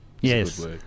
Yes